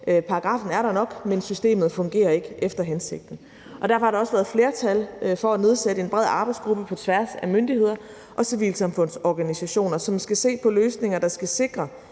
paragraffen der, men systemet fungerer ikke efter hensigten. Derfor har der også været flertal for at nedsætte en bred arbejdsgruppe på tværs af myndigheder og civilsamfundsorganisationer, som skal se på løsninger, der skal sikre